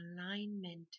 alignment